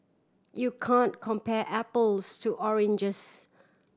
you can compare apples to oranges